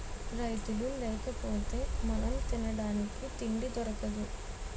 రైతులు లేకపోతె మనం తినడానికి తిండి దొరకదు